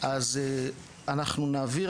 אז אנחנו נעביר,